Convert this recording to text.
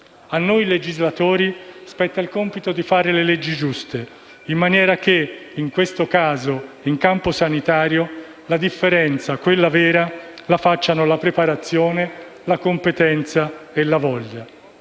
A noi legislatori spetta il compito di fare leggi giuste, in maniera che, in questo caso, in campo sanitario, la differenza, quella vera, la facciano la preparazione, la competenza, la voglia.